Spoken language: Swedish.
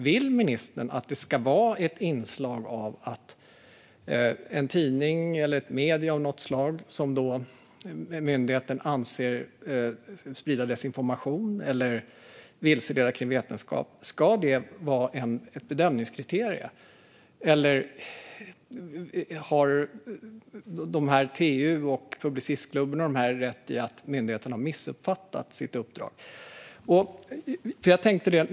Vill ministern att det ska vara ett bedömningskriterium att en tidning eller ett medium av något slag har ett inslag av något som myndigheten anser sprider desinformation eller vilseleder kring vetenskap? Eller har TU, Publicistklubben med flera rätt i att myndigheten har missuppfattat sitt uppdrag?